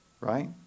right